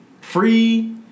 free